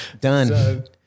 done